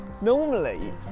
normally